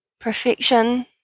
perfection